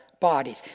bodies